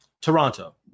Toronto